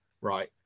right